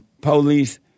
police